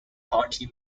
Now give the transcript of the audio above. party